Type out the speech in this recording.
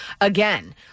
again